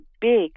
big